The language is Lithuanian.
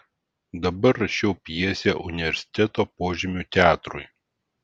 dabar rašiau pjesę universiteto požemių teatrui